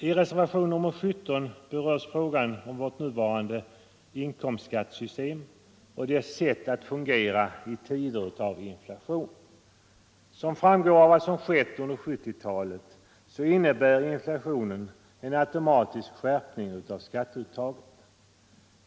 I reservation nr 17 berörs frågan om vårt nuvarande inkomstskattesystem och dess sätt att fungera i tider av inflation. Som framgår av vad som skett under 1970-talet innebär inflationen en automatisk skärpning av skatteuttaget.